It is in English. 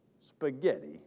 spaghetti